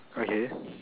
okay